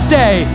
day